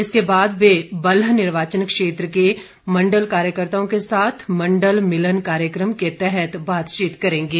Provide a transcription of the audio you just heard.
इसके बाद वे बल्ह निर्वाचन क्षेत्र के मंडल कार्यकर्ताओं के साथ मंडल मिलन कार्यक्रम के तहत बातचीत करेंगे